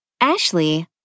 Ashley